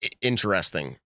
Interesting